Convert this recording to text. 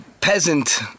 peasant